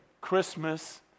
Christmas